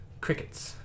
Crickets